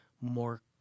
more